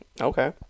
Okay